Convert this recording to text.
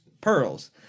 pearls